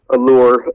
Allure